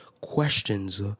questions